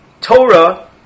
Torah